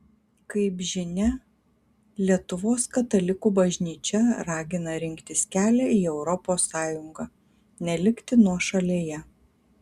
kaip žinia lietuvos katalikų bažnyčia ragina rinktis kelią į europos sąjungą nelikti nuošalėje